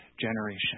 generation